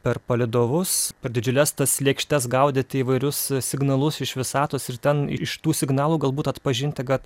per palydovus per didžiules tas lėkštes gaudyti įvairius signalus iš visatos ir ten iš tų signalų galbūt atpažinti kad